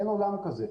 אבל אין עולם כזה.